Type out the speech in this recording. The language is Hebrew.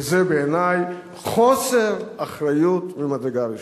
וזה בעיני חוסר אחריות ממדרגה ראשונה.